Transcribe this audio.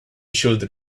should